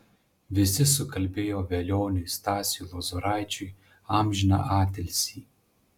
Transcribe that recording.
visi sukalbėjo velioniui stasiui lozoraičiui amžiną atilsį